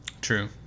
True